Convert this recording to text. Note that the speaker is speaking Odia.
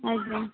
ଆଜ୍ଞା